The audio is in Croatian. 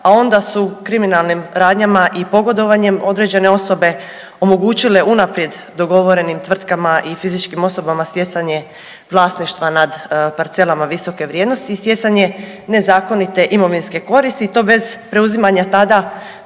a onda su kriminalnim radnjama i pogodovanjem određene osobe omogućile unaprijed dogovorenim tvrtkama i fizičkim osobama stjecanje vlasništva nad parcelama visoke vrijednosti i stjecanje nezakonite imovinske koristi i to bez preuzimanja tada